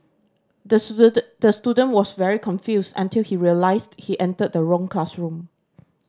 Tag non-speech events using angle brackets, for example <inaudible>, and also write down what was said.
the <unintelligible> the student was very confused until he realised he entered the wrong classroom